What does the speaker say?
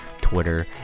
twitter